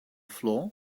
floor